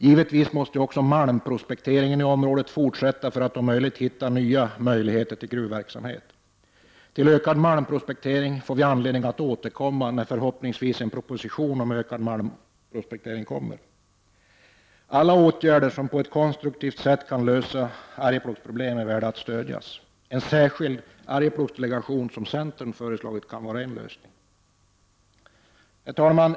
Givetvis måste man också fortsätta med malmprospekteringen i området för att försöka hitta nya möjligheter till gruvverksamhet. När den proposition om ökad malmprospektering kommer som vi hoppas på får vi anledning att återkomma till den frågan. Alla åtgärder som på ett konstruktivt sätt kan bidra till att Arjeplogs problem kan lösas är värda att få stöd. En särskild Arjeplogsdelegation, något som centern har föreslagit, skulle kunna vara en lösning.